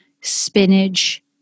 spinach